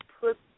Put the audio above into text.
put